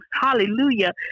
Hallelujah